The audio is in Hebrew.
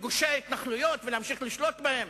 "גושי ההתנחלויות" ולהמשיך לשלוט בהם?